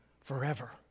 forever